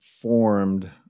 formed